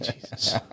Jesus